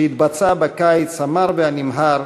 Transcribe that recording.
שהתבצעה בקיץ המר והנמהר